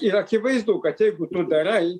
ir akivaizdu kad jeigu darai